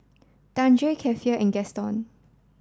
Dandre Keifer and Gaston